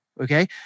Okay